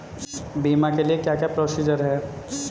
बीमा के लिए क्या क्या प्रोसीजर है?